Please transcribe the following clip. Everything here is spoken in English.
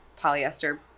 polyester